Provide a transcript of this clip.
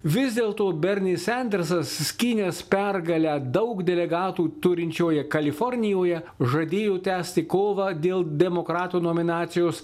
vis dėlto berni sandersas skynęs pergalę daug delegatų turinčioje kalifornijoje žadėjo tęsti kovą dėl demokratų nominacijos